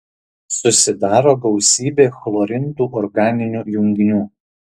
susidaro gausybė chlorintų organinių junginių